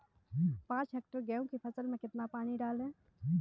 पाँच हेक्टेयर गेहूँ की फसल में कितना पानी डालें?